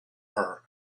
her